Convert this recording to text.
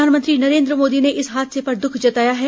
प्रधानमंत्री नरेन्द्र मोदी ने इस हादसे पर दुख जताया है